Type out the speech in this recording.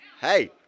Hey